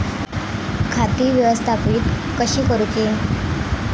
खाती व्यवस्थापित कशी करूची?